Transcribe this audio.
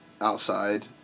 outside